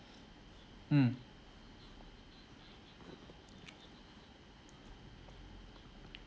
mm